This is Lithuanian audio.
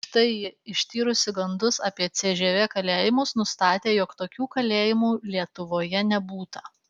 štai ji ištyrusi gandus apie cžv kalėjimus nustatė jog tokių kalėjimų lietuvoje nebūta